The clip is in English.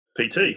PT